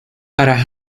para